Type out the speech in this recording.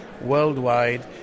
worldwide